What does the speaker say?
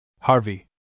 Harvey